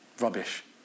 Rubbish